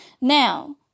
now